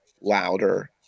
louder